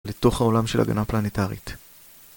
לתוך העולם של הגנה פלנטרית.